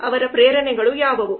ಅವರ ಪ್ರೇರಣೆಗಳು ಯಾವುವು